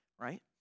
right